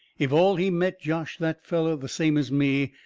if all he met joshed that feller the same as me,